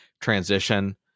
transition